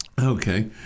Okay